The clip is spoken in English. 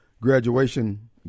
graduation